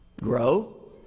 grow